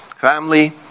family